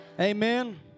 Amen